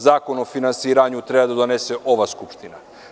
Zakon o finansiranju treba da donese ova skupština.